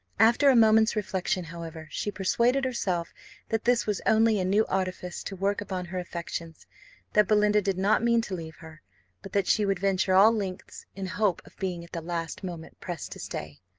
after a moment's reflection, however, she persuaded herself that this was only a new artifice to work upon her affections that belinda did not mean to leave her but that she would venture all lengths, in hopes of being at the last moment pressed to stay.